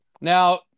Now